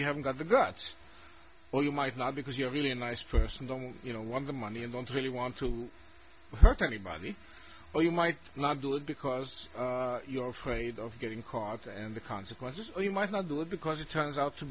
you haven't got the guts well you might not because you're really a nice person don't you know one of them money and don't really want to hurt anybody or you might not do it because you're afraid of getting caught and the consequences are you might not do it because it turns out to